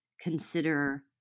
consider